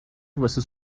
واسه